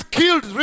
killed